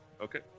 okay